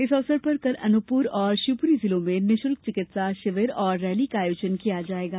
इस अवसर पर कल अनूपपुर और शिवपुरी जिलो में निःशुल्क चिकित्सा शिविर और रैली का आयोजन किया जायेगा